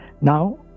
Now